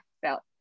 felt